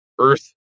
Earth